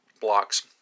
blocks